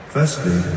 Firstly